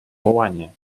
wołanie